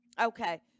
Okay